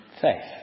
faith